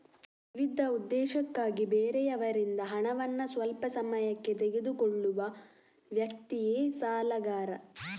ವಿವಿಧ ಉದ್ದೇಶಕ್ಕಾಗಿ ಬೇರೆಯವರಿಂದ ಹಣವನ್ನ ಸ್ವಲ್ಪ ಸಮಯಕ್ಕೆ ತೆಗೆದುಕೊಳ್ಳುವ ವ್ಯಕ್ತಿಯೇ ಸಾಲಗಾರ